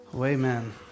Amen